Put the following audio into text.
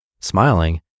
Smiling